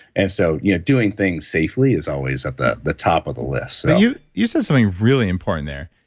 and so, you know doing things safely is always at the the top of the list you you said something really important there.